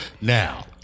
Now